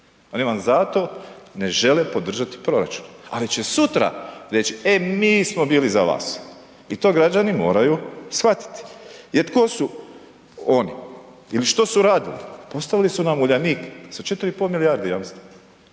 Oni vam zato ne žele podržati proračun, ali će sutra reći e mi smo bili za vas i to građani moraju shvatiti jer tko su oni ili što su radili? Pa ostavili su nam Uljanik sa 4,5 milijarde jamstva